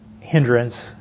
hindrance